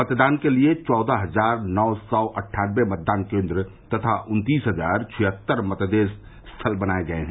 मतदान के लिये सोलह हजार नौ सौ अट्ठानवे मतदान केन्द्र तथा उन्तीस हजार छिहत्तर मतदेय स्थल बनाये गये हैं